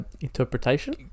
interpretation